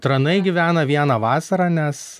tranai gyvena vieną vasarą nes